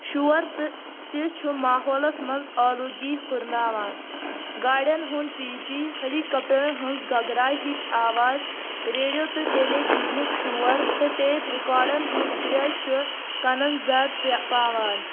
شور تہٕ تہِ چھُ ماحولس منٛز آلوٗدگی ہُرناوان گاڑٮ۪ن ہُنٛد پی پی ہیلی کاپٹرن ہٕنٛز گگراے ہِش آواز ریڈیو تہٕ ٹیلی وجنیُک شور تہٕ ٹیپ رِکاڈن ہٕنٛز گرٛیٚز چھِ کنن زَر پے پاوان